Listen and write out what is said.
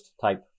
type